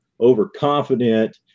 overconfident